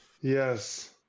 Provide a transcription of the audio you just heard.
yes